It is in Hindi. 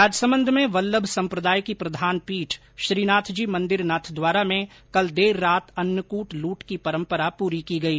राजसमंद में वल्लभ संप्रदाय की प्रधान पीठ श्रीनाथजी मंदिर नाथद्वारा में कल देर रात अन्नकृट लूट की परंपरा पूरी की गई